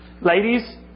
Ladies